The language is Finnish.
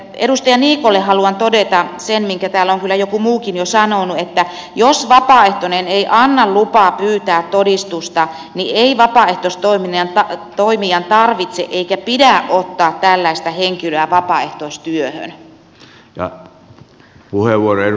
edustaja niikolle haluan todeta sen minkä täällä on kyllä joku muukin jo sanonut että jos vapaaehtoinen ei anna lupaa pyytää todistusta ei vapaaehtoistoimijan tarvitse eikä pidä ottaa tällaista henkilöä vapaaehtoistyöhön